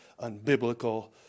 unbiblical